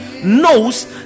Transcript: Knows